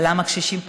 אבל למה לקשישים פחות?